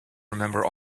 remember